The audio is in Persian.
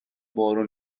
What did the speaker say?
بارون